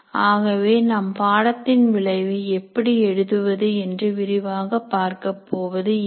ஆகவே நாம் பாடத்தின் விளைவை எப்படி எழுதுவது என்று விரிவாக பார்க்க போவதில்லை